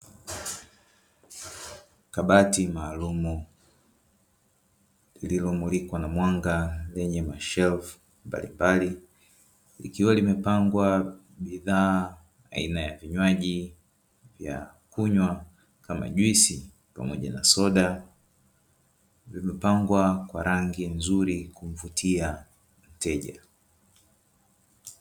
Kabati maalumu lililomulikwa na mwanga lenye mashelfu mbalimbali, likiwa limepangwa bidhaa aina ya vinywaji vya kunywa kama juisi pamoja na soda vimepangwa kwa rangi nzuri kumvutia mteja.